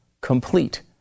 complete